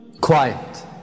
quiet